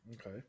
Okay